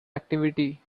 activity